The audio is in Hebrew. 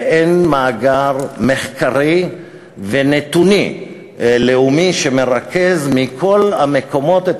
ואין מאגר מחקרי ונתונִי לאומי שמרכז מכל המקומות את